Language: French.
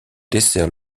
dessert